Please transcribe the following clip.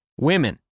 women